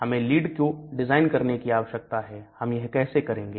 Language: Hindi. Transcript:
हमें लीड को डिजाइन करने की आवश्यकता है हम यह कैसे करेंगे